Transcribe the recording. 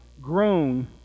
grown